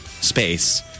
space